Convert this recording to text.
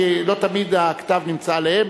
כי לא תמיד הכתב נמצא עליהם.